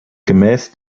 gemäß